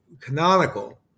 canonical